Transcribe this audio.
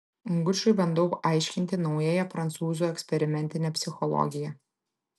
gučui bandau aiškinti naująją prancūzų eksperimentinę psichologiją